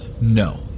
No